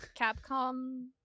Capcom